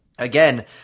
Again